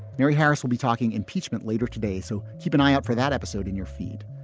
mary harris will be talking impeachment later today. so keep an eye out for that episode in your feed.